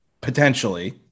potentially